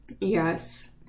yes